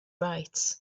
right